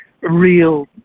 real